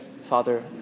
Father